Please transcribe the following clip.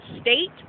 state